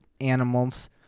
animals